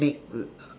make